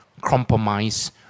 compromise